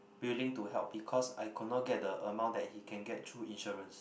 willing to help because I could not get the amount that he can get through insurance